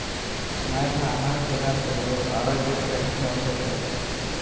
ನಾರಿನ ಆಹಾರ ಪದಾರ್ಥಗಳ ಆರೋಗ್ಯ ಕ್ಕ ಹೆಚ್ಚು ಅವಶ್ಯಕ